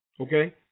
Okay